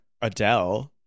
Adele